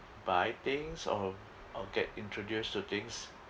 buy things or or get introduced to things